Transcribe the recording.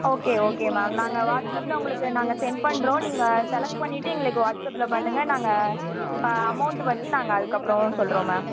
okay okay ma'am நாங்கள் வாட்ஸ்அப்பில் உங்களுக்கு நாங்கள் செண்ட் பண்ணுறோம் நீங்கள் செலெக்ட் பண்ணிவிட்டு எங்களுக்கு வாட்ஸ்அப்பில் பண்ணுங்கள் நாங்கள் அமௌண்ட்டு பற்றி நாங்கள் அதுக்கப்புறம் சொல்கிறோம் மேம்